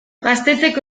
gaztetxeko